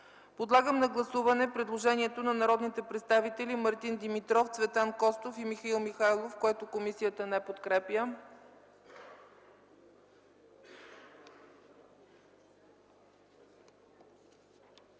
Подлагам на гласуване предложението на народните представители Мартин Димитров, Цветан Костов и Михаил Михайлов, което комисията не подкрепя.